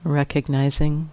recognizing